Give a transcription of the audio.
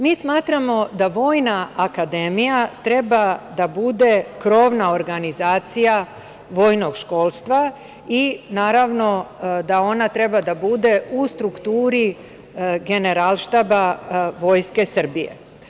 Mi smatramo da Vojna akademija treba da bude krovna organizacija vojnog školstva i, naravno, da treba da bude u strukturi Generalštaba Vojske Srbije.